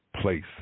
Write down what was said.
place